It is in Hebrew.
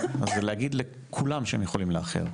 אז זה להגיד לכולם שהם יכולים לאחר.